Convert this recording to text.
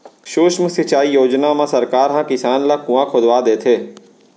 सुक्ष्म सिंचई योजना म सरकार ह किसान ल कुँआ खोदवा देथे